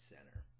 Center